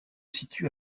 situe